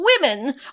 women